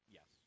Yes